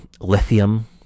lithium